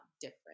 different